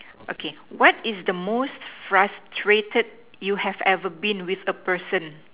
okay what is the most frustrated you have ever been with a person